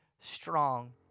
strong